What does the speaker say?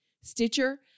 Stitcher